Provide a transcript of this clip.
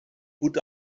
gut